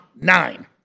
Nine